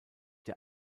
der